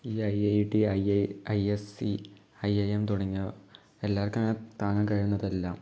ഈ I I T I I I S C I I M തുടങ്ങിയവ എല്ലാവർക്കും അങ്ങനെ താങ്ങാൻ കഴിയണതല്ല